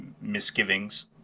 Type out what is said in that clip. misgivings